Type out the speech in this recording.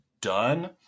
done